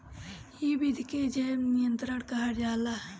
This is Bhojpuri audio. इ विधि के जैव नियंत्रण कहल जाला